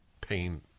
pain